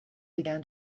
began